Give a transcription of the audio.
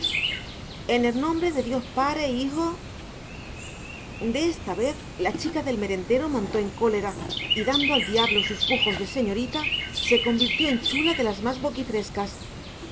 en er nombre de dió pare jijo de esta vez la chica del merendero montó en cólera y dando al diablo sus pujos de señorita se convirtió en chula de las más